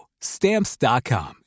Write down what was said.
Stamps.com